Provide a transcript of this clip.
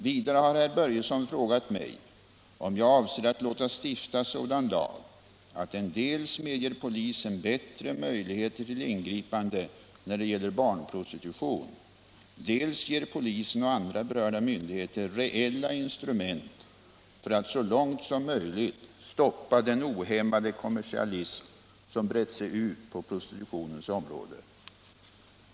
Vidare har herr Börjesson frågat mig om jag avser att låta stifta sådan lag att den dels medger polisen bättre möjligheter till ingripande när det gäller barnprostitution, dels ger polisen och andra berörda myndigheter reella instrument för att så långt möjligt stoppa den ohämmade kommersialism som brett ut sig på prostitutionens område.